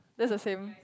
that's the same